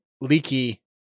leaky